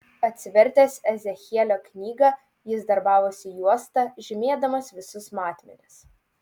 atsivertęs ezechielio knygą jis darbavosi juosta žymėdamas visus matmenis